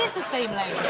the same length.